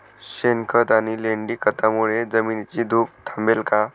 शेणखत आणि लेंडी खतांमुळे जमिनीची धूप थांबेल का?